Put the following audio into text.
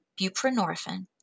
buprenorphine